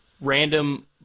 random